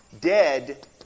dead